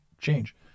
change